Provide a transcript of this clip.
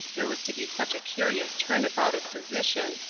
there was to be such a curious turn about of position,